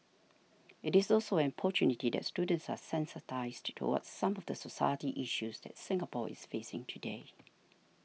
it is also an opportunity that students are sensitised towards some of the society issues that Singapore is facing today